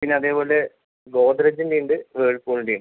പിന്ന അതുപോലെ ഗോദ്റെജിൻ്റെ ഉണ്ട് വേൾപൂളിൻ്റെ ഉണ്ട്